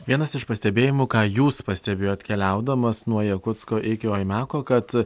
vienas iš pastebėjimų ką jūs pastebėjot keliaudamas nuo jakutsko iki oimiako kad